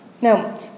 Now